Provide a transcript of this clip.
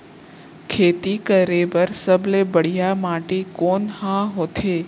खेती करे बर सबले बढ़िया माटी कोन हा होथे?